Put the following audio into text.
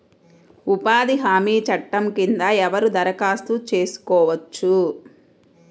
ఉపాధి హామీ చట్టం కింద ఎవరు దరఖాస్తు చేసుకోవచ్చు?